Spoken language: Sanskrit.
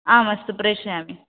आम् अस्तु प्रेषयामि